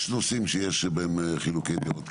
יש נושאים שיש בהם חילוקי דעות,